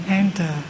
enter